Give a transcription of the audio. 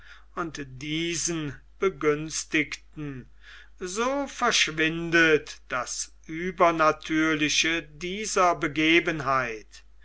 und diesen begünstigten so verschwindet das uebernatürliche dieser begebenheit